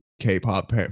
k-pop